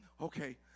Okay